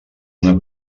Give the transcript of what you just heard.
una